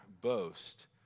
boast